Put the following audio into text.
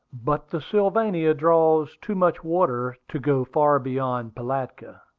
but the sylvania draws too much water to go far beyond pilatka.